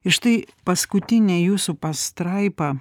ir štai paskutinė jūsų pastraipa